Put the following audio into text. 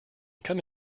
come